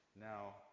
now